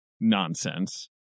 nonsense